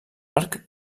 arc